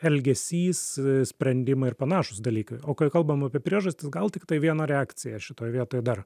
elgesys sprendimai ir panašūs dalykai o kai kalbam apie priežastis gal tiktai viena reakcijąašitoj vietoj dar